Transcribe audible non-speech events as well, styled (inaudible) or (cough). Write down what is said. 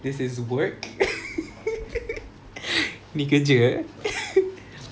this is work (laughs) ni kerja eh